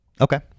okay